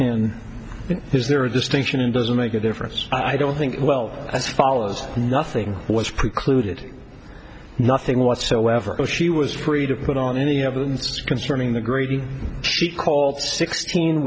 offered is there a distinction and doesn't make a difference i don't think well as follows nothing was precluded nothing whatsoever so she was free to put on any evidence concerning the greedy she called sixteen